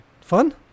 Fun